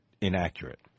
inaccurate